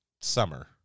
summer